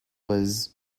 was